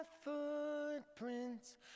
footprints